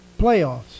playoffs